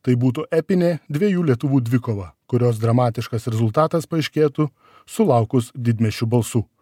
tai būtų epinė dviejų lietuvų dvikova kurios dramatiškas rezultatas paaiškėtų sulaukus didmiesčių balsų